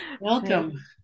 Welcome